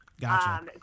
Gotcha